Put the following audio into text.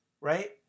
right